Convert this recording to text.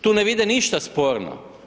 Tu ne vide ništa sporno.